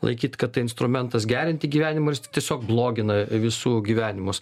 laikyt kad tai instrumentas gerinti gyvenimą ir jisai tiesiog blogina visų gyvenimus